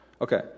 Okay